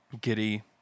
Giddy